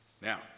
Now